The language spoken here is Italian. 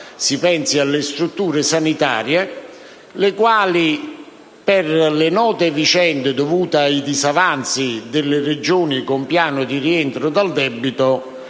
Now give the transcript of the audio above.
Si pensi alle strutture sanitarie le quali, per le note vicende dovute ai disavanzi delle Regioni sottoposte ad un piano di rientro dal debito,